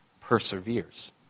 perseveres